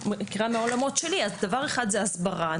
דבר אחד זה הסברה,